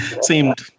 Seemed